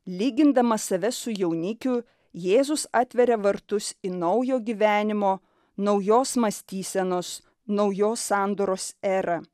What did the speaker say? lygindamas save su jaunikiu jėzus atveria vartus į naujo gyvenimo naujos mąstysenos naujos sandoros erą